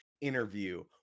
interview